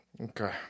Okay